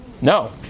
No